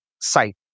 site